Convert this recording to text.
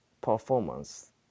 performance